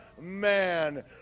man